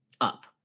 up